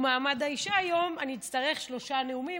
מעמד האישה היום אני אצטרך שלושה נאומים,